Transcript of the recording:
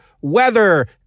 weather